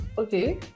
Okay